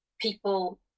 people